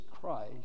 Christ